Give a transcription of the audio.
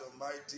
Almighty